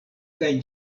kaj